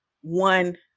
one